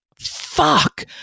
fuck